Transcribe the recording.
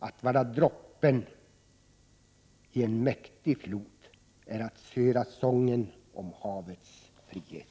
Att vara droppen i en mäktig flod är att höra sången om havets frihet.